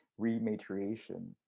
rematriation